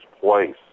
place